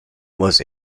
was